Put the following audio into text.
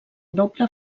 noble